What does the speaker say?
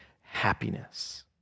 happiness